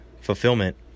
fulfillment